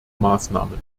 maßnahmen